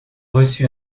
reçu